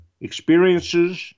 experiences